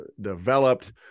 developed